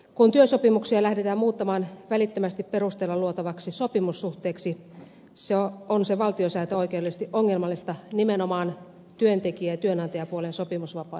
kun työsopimuksia lähdetään muuttamaan välittömästi perusteilla luotavaksi sopimussuhteeksi on se valtiosääntöoikeudellisesti ongelmallista nimenomaan työntekijä ja työantajapuolen sopimusvapauden kannalta